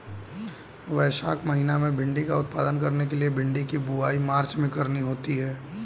वैशाख महीना में भिण्डी का उत्पादन करने के लिए भिंडी की बुवाई मार्च में करनी होती है